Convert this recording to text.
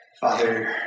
Father